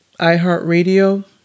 iHeartRadio